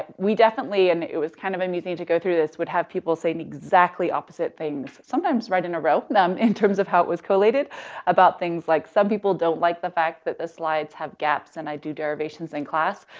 we definitely and it was kind of amusing to go through this, would have people saying exactly opposite things. sometimes right in a row, um, in terms of how it was collated about things like, some people don't like the fact that the slides have gaps and i do derivations in class.